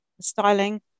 styling